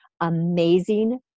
amazing